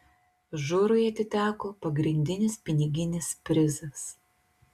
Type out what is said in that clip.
žurui atiteko pagrindinis piniginis prizas